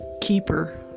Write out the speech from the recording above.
keeper